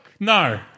No